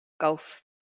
golf